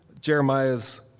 Jeremiah's